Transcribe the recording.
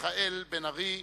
מיכאל בן-ארי,